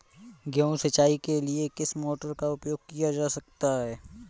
गेहूँ सिंचाई के लिए किस मोटर का उपयोग किया जा सकता है?